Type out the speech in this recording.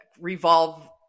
revolve